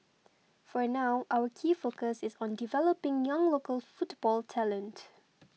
for now our key focus is on developing young local football talent